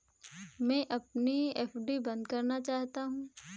मैं अपनी एफ.डी बंद करना चाहता हूँ